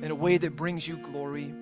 in a way that brings you glory.